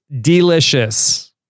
delicious